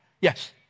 Yes